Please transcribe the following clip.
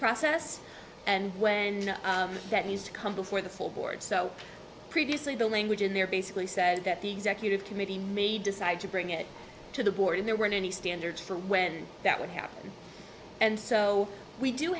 process and when that needs to come before the full board so previously the language in there basically said that the executive committee may decide to bring it to the board and there weren't any standards for when that would happen and so we do